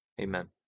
Amen